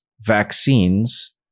vaccines